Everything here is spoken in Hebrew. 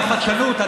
על החדשנות.